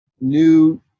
new